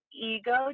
ego